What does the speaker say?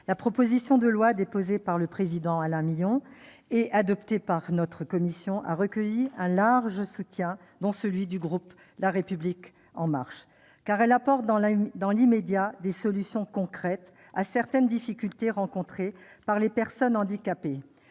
la proposition de loi déposée par le président Alain Milon, et adoptée par notre commission, a recueilli un large soutien, dont celui du groupe La République En Marche, car elle apporte dans l'immédiat des solutions concrètes à certaines difficultés rencontrées par les personnes handicapées